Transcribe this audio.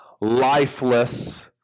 lifeless